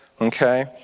okay